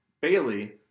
Bailey